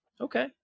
Okay